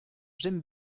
j’aime